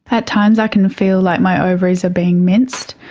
at times i can feel like my ovaries are being minced.